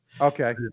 Okay